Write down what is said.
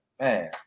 Man